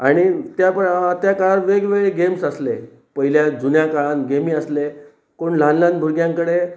आनी त्या त्या काळार वेगवेगळे गेम्स आसले पयल्या जन काळान गेमी आसले पूण ल्हान ल्हान भुरग्यां कडेन